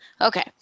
Okay